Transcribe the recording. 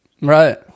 right